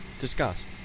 Disgust